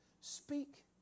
Speak